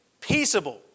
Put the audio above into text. peaceable